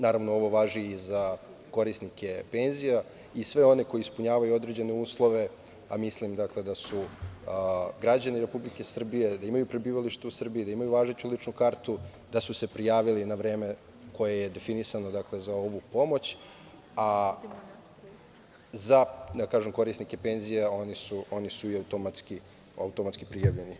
Naravno, ovo važi i za korisnike penzija i sve one koji ispunjavaju određene uslove, a mislim da su građani Republike Srbije, da imaju prebivalište u Srbiji, da imaju važeću ličnu kartu, da su se prijavili na vreme koje je definisano za ovu pomoć, a korisnici penzija su automatski prijavljeni.